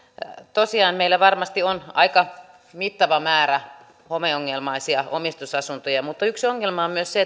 tosiaan meillä varmasti on aika mittava määrä homeongelmaisia omistusasuntoja mutta yksi ongelma on myös se